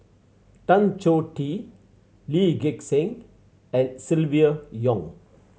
Tan Choh Tee Lee Gek Seng and Silvia Yong